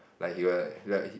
like he'll like like he